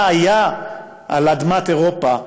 מה היה על אדמת אירופה